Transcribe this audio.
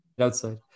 outside